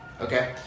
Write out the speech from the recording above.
Okay